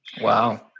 Wow